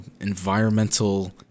environmental